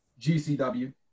GCW